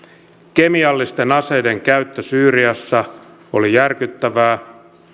kemiallisten aseiden käyttö syyriassa oli järkyttävää